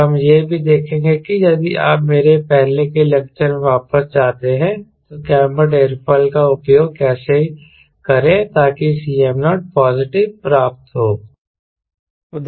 और हम यह भी देखेंगे कि यदि आप मेरे पहले के लेक्चर में वापस जाते हैं तो कैंबर्ड एयरोफॉयल का उपयोग कैसे करें ताकि Cm0 पॉजिटिव प्राप्त हो